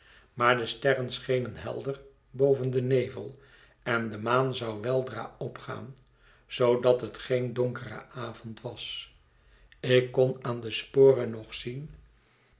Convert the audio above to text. maar de sterren schenen helder boven den nevel en de maan zou weldra opgaan zoodat het geendonkere avond was ik kon aan de sporen nog